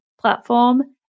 platform